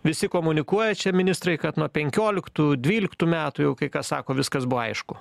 visi komunikuoja čia ministrai kad nuo penkioliktų dvyliktų metų jau kai kas sako viskas buvo aišku